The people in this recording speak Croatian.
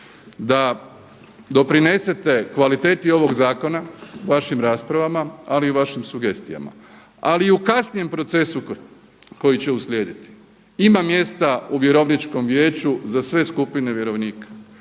da doprinesete kvaliteti ovog zakona vašim raspravama, ali i vašim sugestijama. Ali i u kasnijem procesu koji će uslijediti ima mjesta u vjerovničkom vijeću za sve skupine vjerovnika.